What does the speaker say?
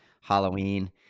Halloween